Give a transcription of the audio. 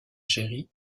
jerry